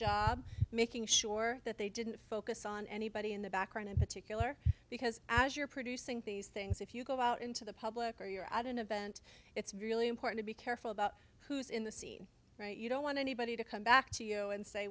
job making sure that they didn't focus on anybody in the background in particular because as you're producing these things if you go out into the public or you're at an event it's really important to be careful about who's in the scene right you don't want anybody to come back to you and say